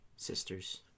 Sisters